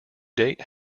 date